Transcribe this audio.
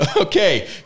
Okay